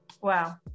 Wow